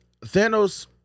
Thanos